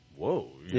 whoa